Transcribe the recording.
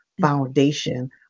foundation